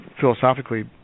philosophically